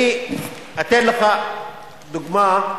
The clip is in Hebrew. אני אתן לך דוגמה.